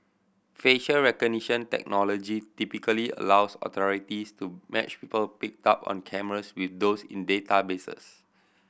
facial recognition technology typically allows authorities to match people picked up on cameras with those in databases